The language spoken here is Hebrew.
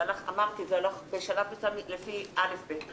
אמרתי, בשלב מסוים זה הלך לפי א'-ב'.